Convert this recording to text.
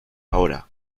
ahora